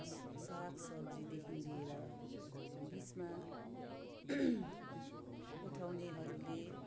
सागसब्जीदेखि लिएर बिचमा उठाउनेहरूले